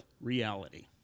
reality